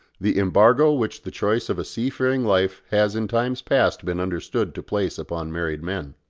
the embargo which the choice of a sea-faring life has in times past been understood to place upon married men.